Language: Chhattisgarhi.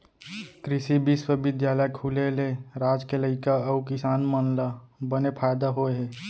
कृसि बिस्वबिद्यालय खुले ले राज के लइका अउ किसान मन ल बने फायदा होय हे